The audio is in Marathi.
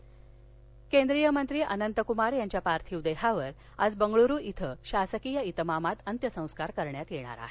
अनंत कमार केंद्रीय मंत्री अनंत कुमार यांच्या पार्थिव देहावर आज बंगळूरू इथं शासकीय इतमामात अंत्यसंस्कार करण्यात येणार आहेत